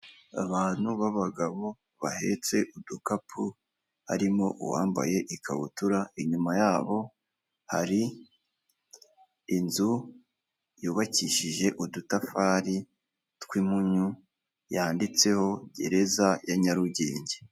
Abantu b'abagabo bahetse udukapu harimo uwambaye ikabutura, inyuma yabo hari inzu yubakishije udutafari tw'impunyu yanditseho gereza ya Ryarugenge.